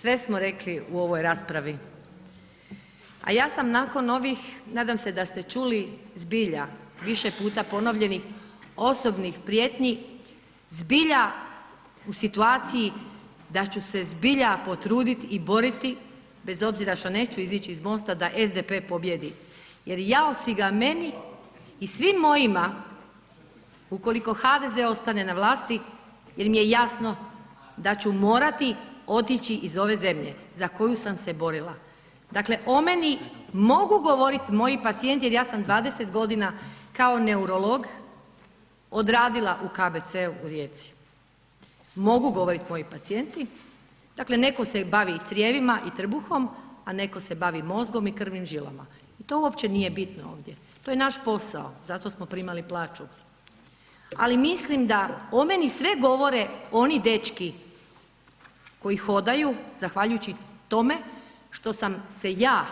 Sve smo rekli u ovoj raspravi, a ja sam nakon ovih, nadam se da ste čuli, zbilja više puta ponovljenih osobnih prijetnji, zbilja u situaciji da ću se zbilja potrudit i boriti bez obzira što neću izić iz MOST-a da SDP pobijedi jer jao si ga meni i svim mojima ukoliko HDZ ostane na vlasti jer im je jasno da ću morati otići iz ove zemlje za koju sam se borila, dakle o meni mogu govorit moji pacijenti jer ja sam 20.g. kao neurolog odradila u KBC u Rijeci, mogu govorit moji pacijenti, dakle netko se bavi i crijevima i trbuhom, a netko se bavi mozgom i krvnim žilama i to uopće nije bitno ovdje, to je naš posao, zato smo primali plaću, ali mislim da o meni sve govore oni dečki koji hodaju zahvaljujući tome što sam se ja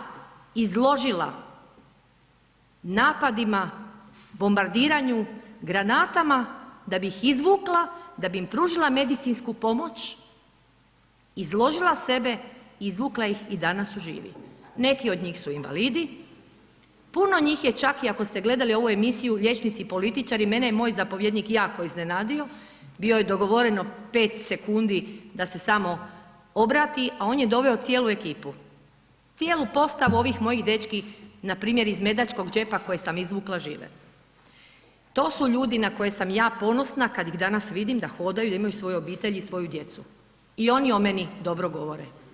izložila napadima, bombardiranju granatama da bi ih izvukla, da bi im pružila medicinsku pomoć, izložila sebe, izvukla ih i danas su živi, neki od njih su invalidi, puno njih je čak i ako ste gledali ovu emisiju Liječnici i političari, mene je moj zapovjednik jako iznenadio, bio je dogovoreno 5 sekundi da se samo obrati, a on je doveo cijelu ekipu, cijelu postavu ovih mojih dečki npr. iz Medačkog džepa koje sam izvukla žive, to su ljudi na koje sam ja ponosna kad ih danas vidim da hodaju da imaju svoje obitelji i svoju djecu i oni o meni dobro govore.